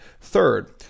Third